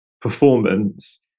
performance